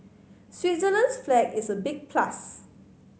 Switzerland's flag is a big plus